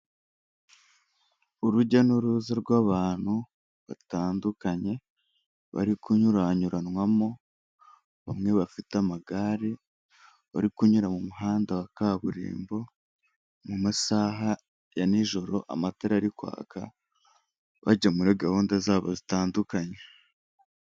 Abagore benshi n'abagabo benshi bicaye ku ntebe bari mu nama batumbiriye imbere yabo bafite amazi yo kunywa ndetse n'ibindi bintu byo kunywa imbere yabo hari amamashini ndetse hari n'indangururamajwi zibafasha kumvikana.